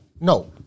no